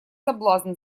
соблазн